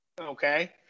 okay